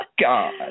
God